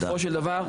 בסופו של דבר,